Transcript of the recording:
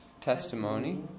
testimony